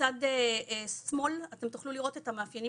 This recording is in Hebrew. מצד שמאל אתם תוכלו לראות את המאפיינים